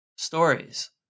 Stories